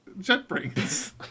JetBrains